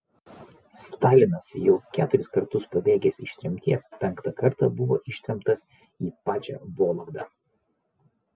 stalinas jau keturis kartus pabėgęs iš tremties penktą kartą buvo ištremtas į pačią vologdą